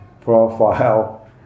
profile